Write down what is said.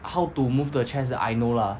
how to move the chest that I know lah